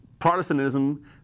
Protestantism